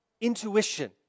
intuition